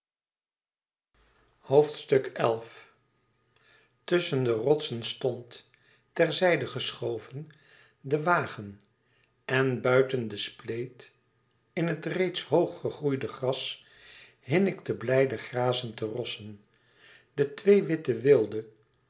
tusschen de rotsen stond ter zijde geschoven de wagen en buiten den spleet in het reeds hoog gegroeide gras hinnikten blijde grazend de rossen de twee witte wilde